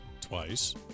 twice